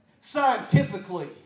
scientifically